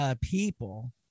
people